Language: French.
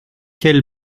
quel